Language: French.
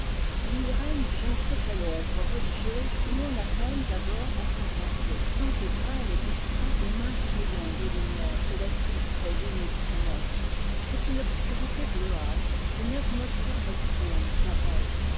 il y règne je ne sais quelle ombre religieuse où l'on a peine d'abord à s'orienter tant est pâle et discret le mince rayon de lumière que laisse filtrer l'unique fenêtre c'est une obscurité bleuâtre une atmosphère nocturne de rêve